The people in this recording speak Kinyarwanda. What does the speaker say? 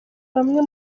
bamwe